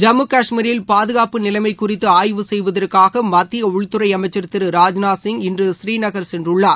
ஜம்மு கஷ்மீரில் பாதுகாப்பு நிலைமை குறிதது ஆய்வு செய்வதற்காக மத்திய உள்துறை அமைச்சர் திரு ராஜ்நாத் சிங் இன்று ஸ்ரீநகர் சென்றுள்ளார்